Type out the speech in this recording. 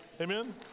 Amen